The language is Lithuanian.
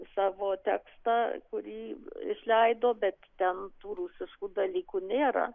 savo tekstą kurį išleido bet ten tų rusiškų dalykų nėra